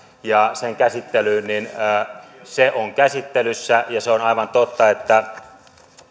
ja sen käsittelyyn se on käsittelyssä se on aivan totta että